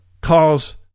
cause